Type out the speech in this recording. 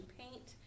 paint